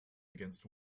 against